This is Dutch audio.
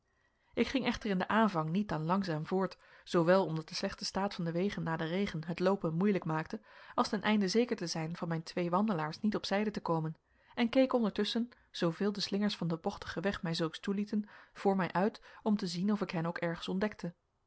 ik ging echter in den aanvang niet dan langzaam voort zoowel omdat de slechte staat van de wegen na den regen het loopen moeilijk maakte als ten einde zeker te zijn van mijn twee wandelaars niet op zijde te komen en keek ondertusschen zooveel de slingers van den bochtigen weg mij zulks toelieten voor mij uit om te zien of ik hen ook ergens ontdekte